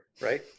right